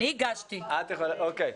הצבעה אושרה.